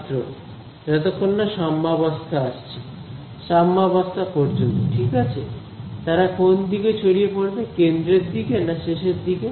ছাত্র যতক্ষণ না সাম্যাবস্থা আসছে সাম্যাবস্থা পর্যন্ত ঠিক আছে তারা কোন দিকে ছড়িয়ে পড়বে কেন্দ্রের দিকে না শেষের দিকে